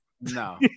No